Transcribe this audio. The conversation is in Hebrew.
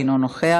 אינו נוכח,